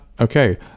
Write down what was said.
Okay